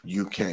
UK